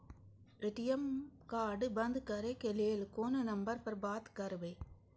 ATM card बंद करे के लेल कोन नंबर पर बात करबे?